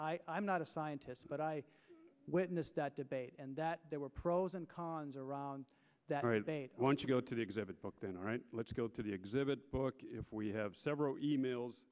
data i'm not a scientist but i witnessed that debate and that there were pros and cons around that once you go to the exhibit book then all right let's go to the exhibit book if we have several emails